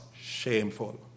shameful